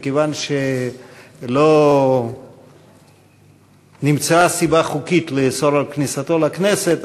מכיוון שלא נמצאה סיבה חוקית לאסור את כניסתו לכנסת,